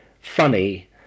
funny